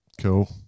Cool